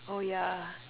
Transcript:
oh yeah